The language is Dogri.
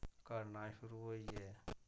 घटना शुरू होई गे